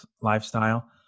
lifestyle